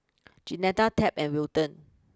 Jeanetta Tab and Wilton